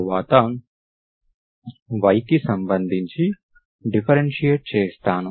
తరువాత y కి సంబంధించి డిఫరెన్షియేట్ చేస్తాను